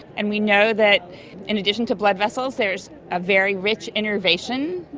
and we know that in addition to blood vessels there is a very rich enervation,